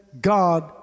God